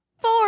Four